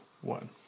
one